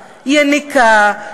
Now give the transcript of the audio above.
יניקה,